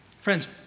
Friends